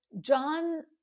John